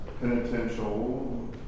penitential